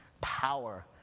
power